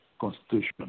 constitution